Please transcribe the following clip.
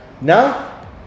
Now